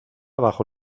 bajo